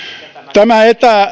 tämä